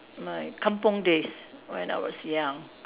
my kampung days when I was young